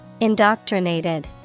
Indoctrinated